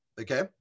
Okay